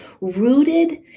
rooted